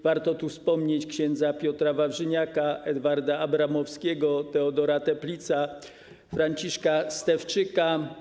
Warto tu wspomnieć ks. Piotra Wawrzyniaka, Edwarda Abramowskiego, Teodora Toeplitza, Franciszka Stefczyka.